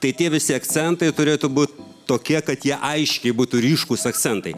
tai tie visi akcentai turėtų būt tokie kad jie aiškiai būtų ryškūs akcentai